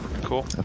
Cool